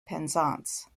penzance